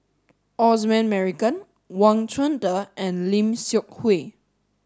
Osman Merican Wang Chunde and Lim Seok Hui